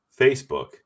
Facebook